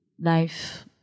life